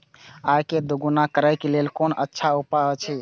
आय के दोगुणा करे के लेल कोन अच्छा उपाय अछि?